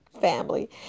family